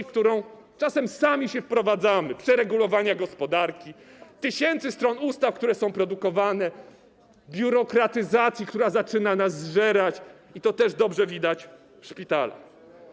w którą czasem sami się wprowadzamy przez przeregulowanie gospodarki, tysiące stron ustaw, które są produkowane, biurokratyzację, która zaczyna nas zżerać, co też dobrze widać w szpitalach.